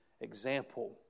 example